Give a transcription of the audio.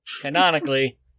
Canonically